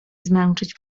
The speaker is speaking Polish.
zmęczyć